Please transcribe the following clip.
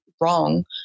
wrong